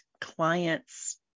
clients